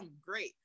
great